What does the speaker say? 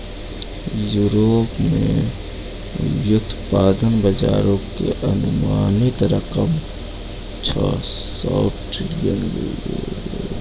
Europe मे व्युत्पादन बजारो के अनुमानित रकम छौ सौ ट्रिलियन यूरो छै